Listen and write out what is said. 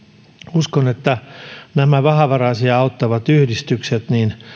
uskon että näiden vähävaraisia auttavien yhdistysten